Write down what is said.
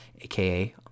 aka